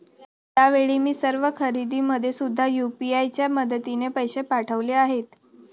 यावेळी मी सर्व खरेदीमध्ये सुद्धा यू.पी.आय च्या मदतीने पैसे पाठवले आहेत